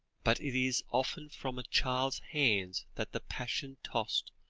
but it is often from a child's hands that the passion-tossed,